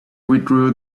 withdrew